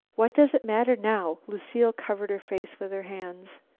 what does it matter now? lucile covered her face with her hands.